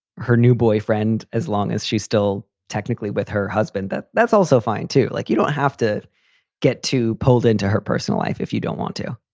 her new boyfriend, as long as she's still technically with her husband, that's also fine, too. like, you don't have to get too pulled into her personal life if you don't want to.